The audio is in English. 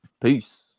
Peace